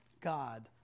God